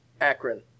Akron